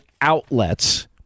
outlets